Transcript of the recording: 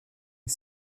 est